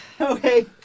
Okay